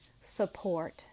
support